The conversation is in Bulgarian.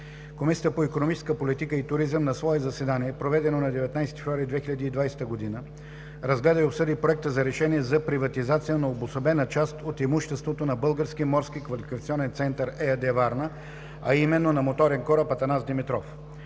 Комисията по икономическа политика и туризъм на свое заседание, проведено на 19 февруари 2020 г., разгледа и обсъди Проекта за решение за приватизация на обособена част от имуществото на „Български морски квалификационен център“ ЕАД – Варна, а именно на моторен кораб „Атанас Димитров“.